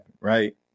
right